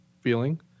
feeling